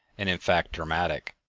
and in fact dramatic.